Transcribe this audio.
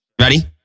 Ready